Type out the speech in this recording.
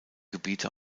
gebiete